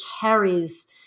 carries